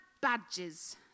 Badges